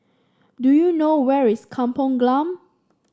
do you know where is Kampong Glam